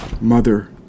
Mother